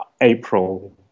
April